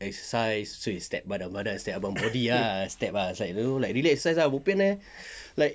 exercise !chey! step badan badan step abang body ah step ah it's don't know like really exercise ah bo pian leh like